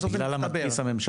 בסוף זה ייפתר.